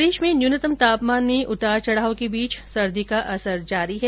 प्रदेश में न्यूनतम तापमान मे उतार चढाव के बीच सर्दी का असर जारी है